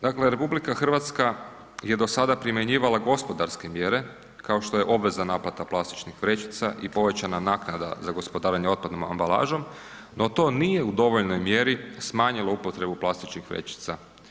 Dakle, RH je do sada primjenjivala gospodarske mjere kao što je obveza naplata plastičnih vrećica i povećana naknada za gospodarenje otpadnom ambalažom, no to nije u dovoljnoj mjeri smanjilo upotrebu plastičnih vrećica.